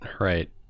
Right